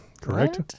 correct